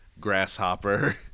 Grasshopper